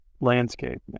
landscape